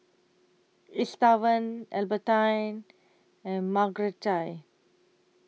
Estevan Albertine and Marguerite